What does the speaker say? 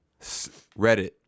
Reddit